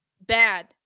bad